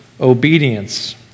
obedience